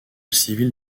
civil